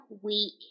week